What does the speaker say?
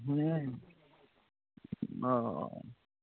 हूँ ओ